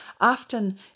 Often